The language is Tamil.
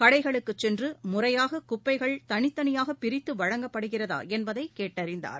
கடைகளுக்குச் சென்று முறையாக குப்பைகள் தனித்தனியாக பிரித்து வழங்கப்படுகிறதா என்பதை கேட்டறிந்தார்